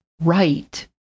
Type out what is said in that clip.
right